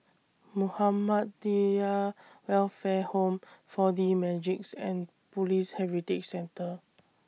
Muhammadiyah Welfare Home four D Magix and Police Heritage Centre